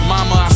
Mama